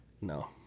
No